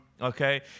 okay